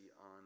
on